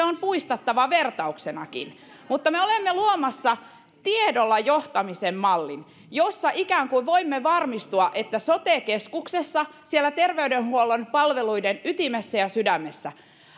on puistattava vertauksenakin mutta me olemme luomassa tiedolla johtamisen mallin jossa ikään kuin voimme varmistua että sote keskuksessa siellä terveydenhuollon palveluiden ytimessä ja sydämessä